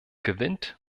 gewinnt